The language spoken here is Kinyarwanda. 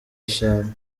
eshanu